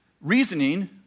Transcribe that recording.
reasoning